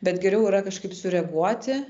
bet geriau yra kažkaip sureaguoti